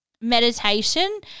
meditation